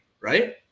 right